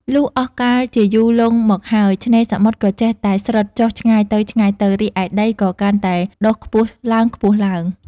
លុះអស់កាលជាយូរលង់មកហើយ ឆ្នេរសមុទ្រក៏ចេះតែស្រុតចុះឆ្ងាយទៅៗ រីឯដីក៏កាន់តែដុះខ្ពស់ឡើងៗ ។